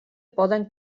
poden